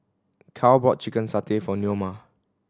Carl bought chicken satay for Neoma